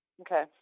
Okay